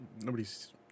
nobody's